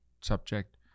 subject